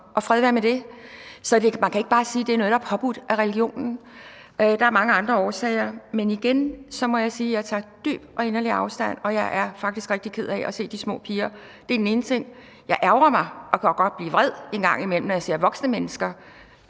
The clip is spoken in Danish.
og fred være med det. Så man kan ikke bare sige, at det er noget, der er påbudt af religionen. Der er mange andre årsager. Men igen må jeg sige, at jeg tager dybt og inderligt afstand fra det, og jeg er faktisk rigtig ked af at se de små piger med det på. Jeg ærgrer mig og kan godt blive vred en gang imellem, når jeg ser voksne mennesker,